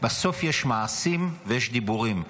בסוף יש מעשים ויש דיבורים,